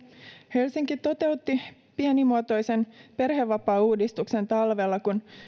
helsinki toteutti pienimuotoisen perhevapaauudistuksen talvella kun